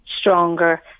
stronger